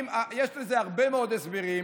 יש לזה הרבה מאוד הסברים.